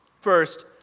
First